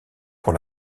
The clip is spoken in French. pour